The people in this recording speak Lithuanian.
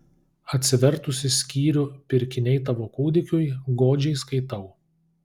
atsivertusi skyrių pirkiniai tavo kūdikiui godžiai skaitau